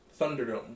Thunderdome